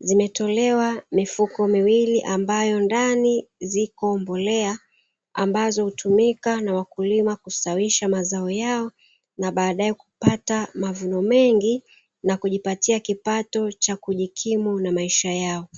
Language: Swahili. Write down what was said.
zimetolewa mifuko miwili ambayo ndani ziko mbolea ambazo, hutumika na wakulima kustawisha mazao yao, na baadae kupata mavuno mengi na kujipatia kipato cha kujikimu na maisha yao.